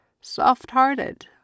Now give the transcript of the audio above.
soft-hearted